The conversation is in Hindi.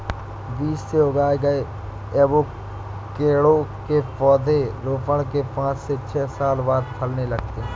बीज से उगाए गए एवोकैडो के पौधे रोपण के पांच से छह साल बाद फलने लगते हैं